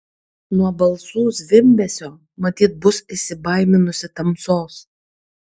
nuo balsų zvimbesio matyt bus įsibaiminusi tamsos